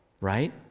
right